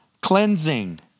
cleansing